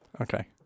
Okay